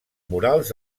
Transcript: murals